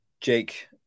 Jake